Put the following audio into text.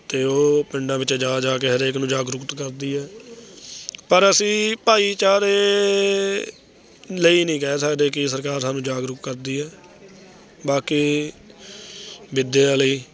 ਅਤੇ ਉਹ ਪਿੰਡਾਂ ਵਿੱਚ ਜਾ ਜਾ ਕੇ ਹਰੇਕ ਨੂੰ ਜਾਗਰੂਕਤ ਕਰਦੀ ਹੈ ਪਰ ਅਸੀਂ ਭਾਈਚਾਰੇ ਲਈ ਨਹੀਂ ਕਹਿ ਸਕਦੇ ਕਿ ਸਰਕਾਰ ਸਾਨੂੰ ਜਾਗਰੂਕ ਕਰਦੀ ਹੈ ਬਾਕੀ ਵਿੱਦਿਆ ਲਈ